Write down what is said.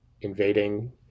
invading